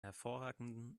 hervorragenden